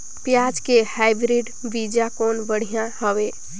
पियाज के हाईब्रिड बीजा कौन बढ़िया हवय?